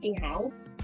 house